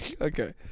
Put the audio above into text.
Okay